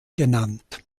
genannt